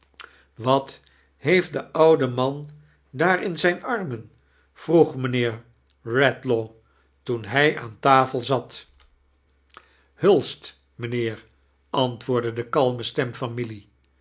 wat heeft de oude man daar ia zijn armen vroeg mijnheer redlaw toea hij aan tafel zat hulst mijnheer antwoordde de kalme stem